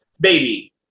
baby